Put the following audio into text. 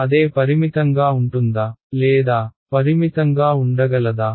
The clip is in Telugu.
అదే పరిమితంగా ఉంటుందా లేదా పరిమితంగా ఉండగలదా